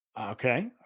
okay